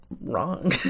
Wrong